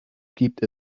gibt